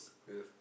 ya